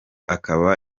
akaba